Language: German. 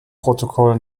protokoll